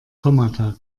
kommata